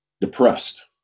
depressed